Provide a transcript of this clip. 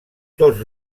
tots